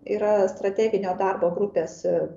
yra strateginio darbo grupės